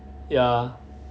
ya